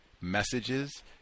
messages